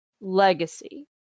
legacy